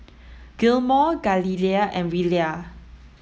Gilmore Galilea and Willa